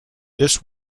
this